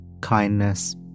kindness